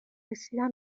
رسیدن